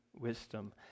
wisdom